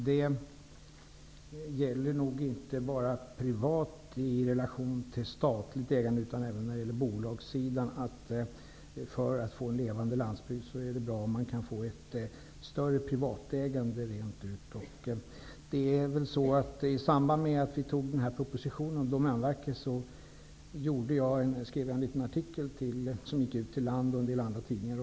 Herr talman! Det här gäller inte bara privat ägande i relation till statligt ägande utan även bolagssidan. För att få en levande landsbygd är det bra om det går att få mer privat ägande. I samband med att propositionen om Domänverket antogs, skrev jag en liten artikel som publicerades i Land och en del andra tidningar.